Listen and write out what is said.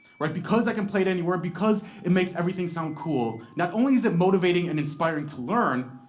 right, because i can play it anywhere because it makes everything sound cool, not only is it motivating and inspiring to learn,